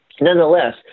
Nonetheless